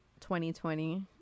2020